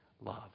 love